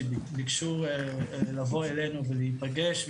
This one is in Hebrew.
שביקשו לבוא אלינו ולהיפגש,